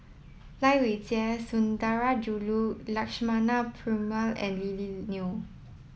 Lai Weijie Sundarajulu Lakshmana Perumal and Lily Neo